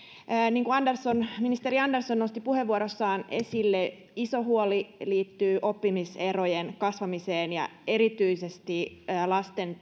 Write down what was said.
niin kuin ministeri andersson nosti puheenvuorossaan esille iso huoli liittyy oppimiserojen kasvamiseen erityisesti lasten